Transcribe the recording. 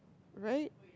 right